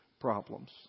problems